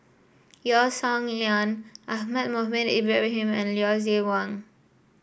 Yeo Song Nian Ahmad Mohamed Ibrahim and Lucien Wang